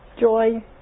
Joy